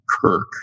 Kirk